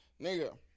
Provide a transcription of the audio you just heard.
nigga